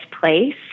place